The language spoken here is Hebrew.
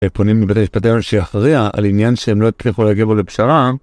הם פונים בבית המשפט העליון שיכריע על עניין שהם לא יצליחו להגיע בו לפשרה